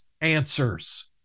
answers